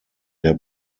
der